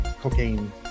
cocaine